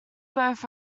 both